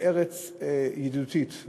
בארץ ידידותית,